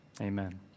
Amen